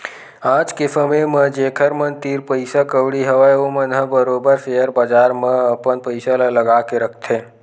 आज के समे म जेखर मन तीर पइसा कउड़ी हवय ओमन ह बरोबर सेयर बजार म अपन पइसा ल लगा के रखथे